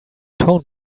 tone